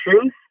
truth